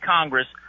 Congress